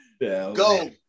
Go